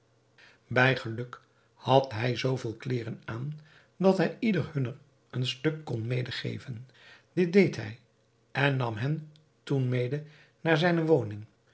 bij geluk had hij zoo veel kleêren aan dat hij ieder hunner een stuk kon medegeven dit deed hij en nam hen toen mede naar zijne woning